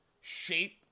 shape